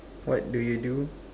what do you do